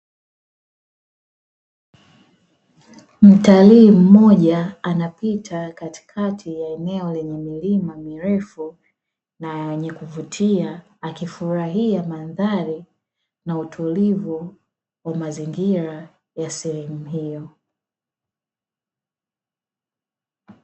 Mtalii mmoja anapita katikati ya eneo lenye milima mirefu na yenye kuvutia, akifurahia mandhari na utulivu wa mazingira ya sehemu hiyo.